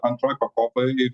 antroji pakopa ji